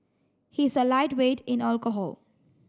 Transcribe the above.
he is a lightweight in alcohol